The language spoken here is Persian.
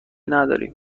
نداریم